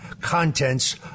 contents